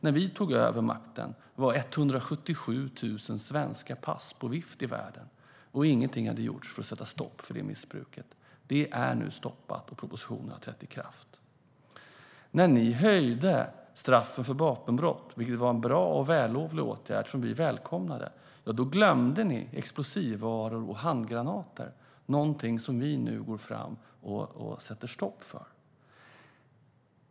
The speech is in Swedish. När vi tog över makten var 177 000 svenska pass på vift i världen, och ingenting hade gjorts för att sätta stopp för det missbruket. Det är nu stoppat, och propositionen har trätt i kraft. När ni höjde straffen för vapenbrott, vilket var en bra och vällovlig åtgärd som vi välkomnade, då glömde ni explosivvaror och handgranater. Det sätter vi nu stopp för.